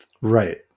Right